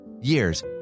Years